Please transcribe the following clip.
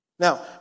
Now